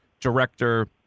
director